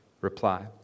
reply